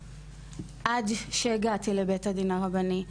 עד שהגעתי לבית הדין הרבני,